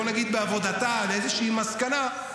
עניתי על זה קודם.